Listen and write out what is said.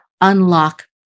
unlock